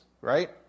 right